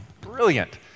brilliant